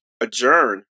adjourn